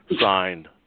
signed